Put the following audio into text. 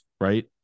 Right